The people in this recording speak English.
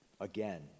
again